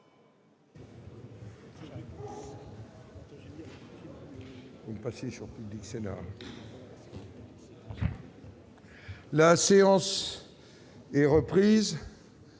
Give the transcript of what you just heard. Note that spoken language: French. La séance est reprise.